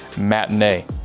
matinee